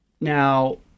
Now